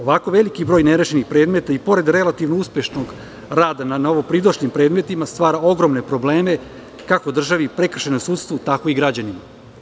Ovako veliki broj nerešenih predmeta, i pored relativno uspešnog rada na novopridošlim predmetima, stvara ogromne probleme kako državi, prekršajnom sudstvu, tako i građanima.